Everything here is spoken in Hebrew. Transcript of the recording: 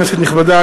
כנסת נכבדה,